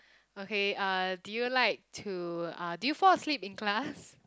okay uh do you like to uh do you fall asleep in class